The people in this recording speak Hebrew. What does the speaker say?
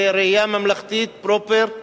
בראייה ממלכתית פרופר.